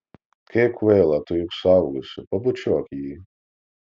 kaip kvaila tu juk suaugusi pabučiuok jį